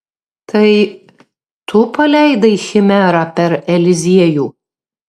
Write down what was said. tai tu paleidai chimerą per eliziejų